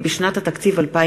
הנני מתכבדת להודיעכם,